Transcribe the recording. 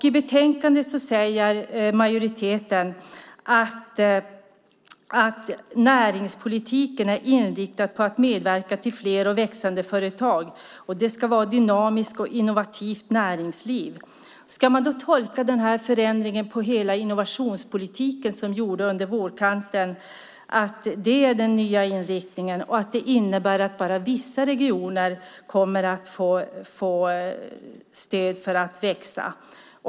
I betänkandet säger majoriteten att näringspolitiken är inriktad på att medverka till fler och växande företag, och att det ska vara ett dynamiskt och innovativt näringsliv. Ska man tolka den förändring som gjordes inom hela innovationspolitiken i våras som den nya inriktningen och att bara vissa regioner kommer att få stöd för att växa?